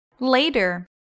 later